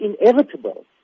inevitable